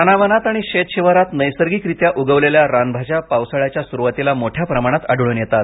रानावनात आणि शेतशिवरात नैसर्गिकरित्या उगवलेल्या रानभाज्या पावसाळयाच्या सुरवातीला मोठया प्रमाणात आढळून येतात